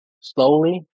slowly